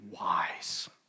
wise